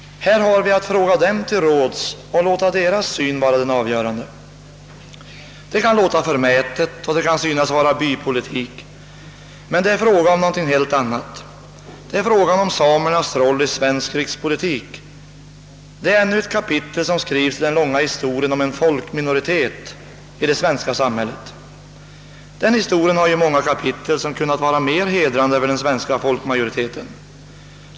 Här har vi att fråga dem till råds och låta deras syn vara avgörande. Det kan låta förmätet, och det kan synas vara bypolitik, men det är fråga om något helt annat. Det är fråga om samernas roll i svensk rikspolitik — det är ännu ett kapitel som skrivs i den långa historien om en folkminoritet i det svenska samhället. Den historien har ju många kapitel, som kunde ha varit mer hedrande för den svenska folkmajoriteten.